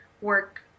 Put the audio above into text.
work